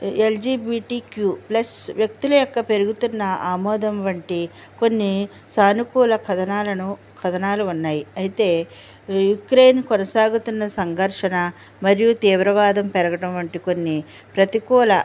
LG B T Q plus వ్యక్తి యొక్క పెరుగుతున్న ఆమోదం వంటి కొన్ని సానుకూల కథనాలను కథనాలు ఉన్నాయి అయితే యుక్రెయిన్ కొనసాగుతున్న సంఘర్షణ మరియు తీవ్రవాదం పెరగడం వంటి కొన్ని ప్రతికూల